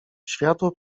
światła